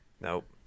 Nope